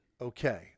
okay